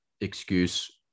excuse